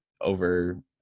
over